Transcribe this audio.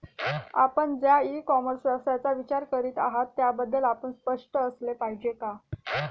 आपण ज्या e commerce व्यवसायाचा विचार करीत आहात त्याबद्दल आपण स्पष्ट असले पाहिजे का?